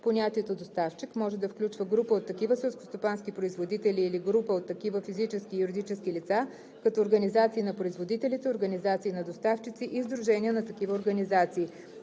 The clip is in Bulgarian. Понятието „доставчик“ може да включва група от такива селскостопански производители или група от такива физически и юридически лица, като организации на производителите, организации на доставчици и сдружения на такива организации.